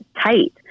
tight